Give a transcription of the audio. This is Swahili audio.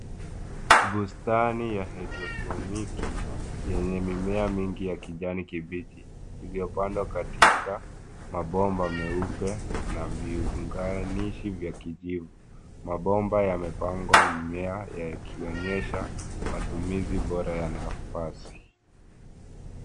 Bustani ya haidroponiki yenye mimea mingi ya kijani kibichi iliyopandwa katika mabomba meupe na viunganishi vya kijivu. Mabomba yamepangwa mimea yakionyesha matumizi bora ya nafasi.